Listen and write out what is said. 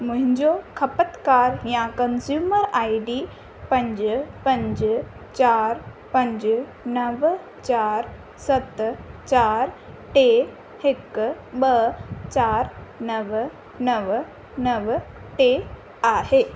मुहिंजो ख़पतकार यां कंज़्यूमर आई डी पंज पंज चारि पंज नव चारि सत चारि टे हिकु ॿ चारि नव नव नव टे आहे